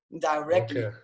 directly